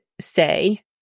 say